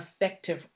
effective